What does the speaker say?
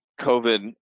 COVID